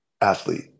athlete